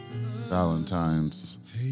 Valentine's